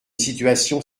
situation